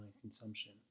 consumption